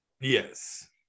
Yes